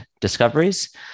discoveries